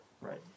Right